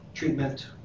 treatment